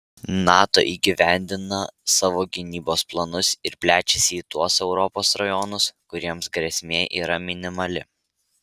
nato įgyvendina savo gynybos planus ir plečiasi į tuos europos rajonus kuriems grėsmė yra minimali